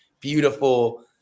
beautiful